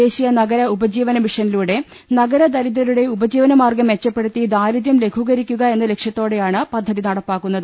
ദേശിയ നഗര ഉപജീവന മിഷനിലൂടെ നഗരദരിദ്രരുടെ ഉപജീവന മാർഗ്ഗം മെച്ചപ്പെടുത്തി ദാരിദ്ര്യം ലഘൂകരിക്കുക എന്ന ലക്ഷത്തോടെയാണ് പദ്ധതി നടപ്പാക്കുന്നത്